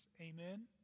Amen